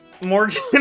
Morgan